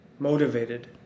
Motivated